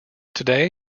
today